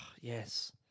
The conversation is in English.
yes